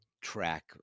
track